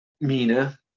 Mina